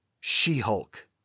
She-Hulk